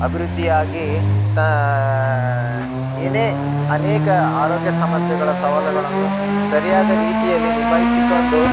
ಅಭಿವೃದ್ದಿಯಾಗಿ ತಾ ಏನೇ ಅನೇಕ ಆರೋಗ್ಯ ಸಮಸ್ಯೆಗಳ ಸವಾಲುಗಳನ್ನೂ ಸರಿಯಾದ ರೀತಿಯಲ್ಲಿ ನಿಭಾಯಿಸಿಕೊಂಡು